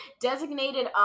Designated